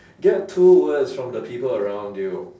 get two words from the people around you